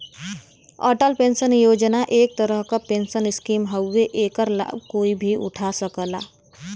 Atal pension Yojana एक तरह क पेंशन स्कीम हउवे एकर लाभ कोई भी उठा सकला